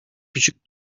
küçük